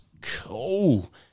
cool